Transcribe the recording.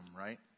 right